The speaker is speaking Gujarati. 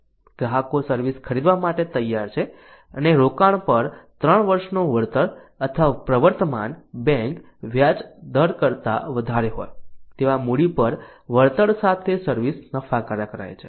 ગ્રાહકો સર્વિસ ખરીદવા માટે તૈયાર છે અને રોકાણ પર 3 વર્ષનું વળતર અથવા પ્રવર્તમાન બેંક વ્યાજ દર કરતા વધારે હોય તેવા મૂડી પર વળતર સાથે સર્વિસ નફાકારક રહે છે